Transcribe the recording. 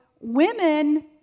women